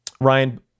Ryan